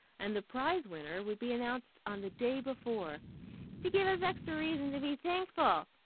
and the prize winner would be announced on the day before to give us extra reason to be thankful,